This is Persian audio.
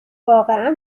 واقعا